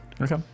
okay